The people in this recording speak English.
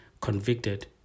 convicted